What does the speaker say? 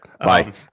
Bye